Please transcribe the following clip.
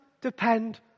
depend